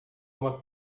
uma